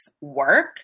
work